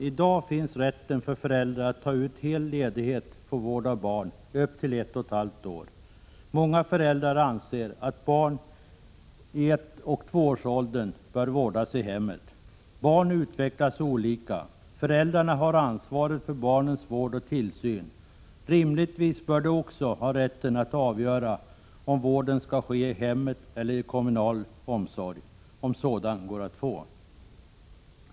I dag finns rätt för föräldrar att ta ut hel ledighet för vård av barn upp till ett och ett halvt år. Många föräldrar anser att barn i 1-2-årsåldern bör vårdas i hemmet. Barn utvecklas olika, och föräldrarna har ansvaret för barnets vård och tillsyn. Rimligtvis bör de också ha rätten att avgöra om vården skall ske i hemmet eller i kommunal omsorg, om sådan går att få.